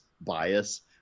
bias